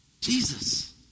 Jesus